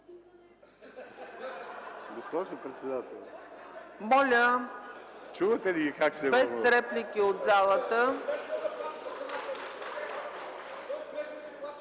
Моля без реплики от залата!